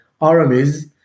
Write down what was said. Armies